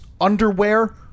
underwear